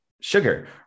sugar